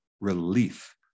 relief